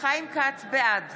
בעד